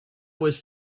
was